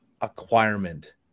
acquirement